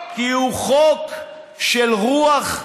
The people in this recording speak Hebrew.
כי לא היה כלום,